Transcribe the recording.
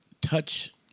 touch